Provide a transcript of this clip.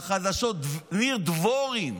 בחדשות, ניר דבורי,